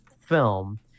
film